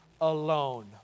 alone